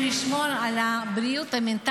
שינה איכותית, נפרדנו ממנה הלילה.